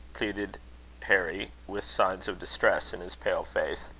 pleaded harry, with signs of distress in his pale face.